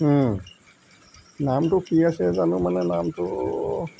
নামটো কি আছে মানে নামটো